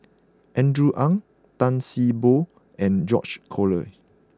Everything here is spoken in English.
Andrew Ang Tan See Boo and George Collyer